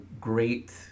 great